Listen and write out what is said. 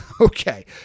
Okay